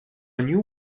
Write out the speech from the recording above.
new